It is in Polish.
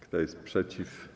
Kto jest przeciw?